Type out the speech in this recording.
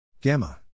Gamma